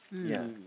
ya